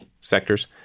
sectors